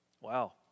Wow